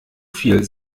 viel